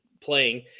playing